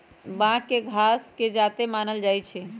बांस के घासे के जात मानल जाइ छइ